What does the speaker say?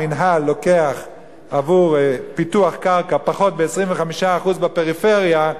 המינהל לוקח עבור פיתוח קרקע ב-25% פחות בפריפריה,